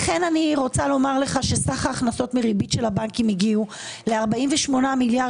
לכן אני רוצה לומר לך שסך ההכנסות מריבית של הבנקים הגיעו ל-48 מיליארד